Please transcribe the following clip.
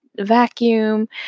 vacuum